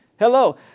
Hello